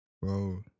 bro